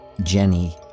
Jenny